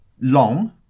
long